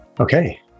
Okay